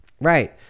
Right